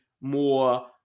more